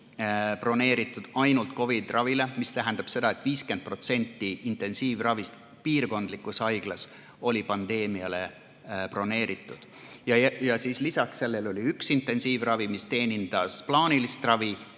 broneeritud ainult COVID-i ravile, mis tähendab seda, et 50% intensiivravist piirkondlikus haiglas oli pandeemiahaigetele broneeritud. Lisaks sellele oli üks intensiivravi[üksus], mis teenindas plaanilist ravi,